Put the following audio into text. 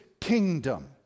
kingdom